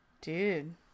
dude